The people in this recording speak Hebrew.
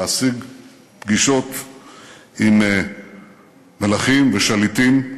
להשיג פגישות עם מלכים ושליטים,